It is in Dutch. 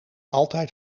altijd